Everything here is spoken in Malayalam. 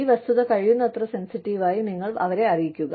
ഈ വസ്തുത കഴിയുന്നത്ര സെൻസിറ്റീവായി നിങ്ങൾ അവരെ അറിയിക്കുക